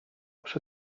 przy